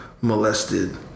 Molested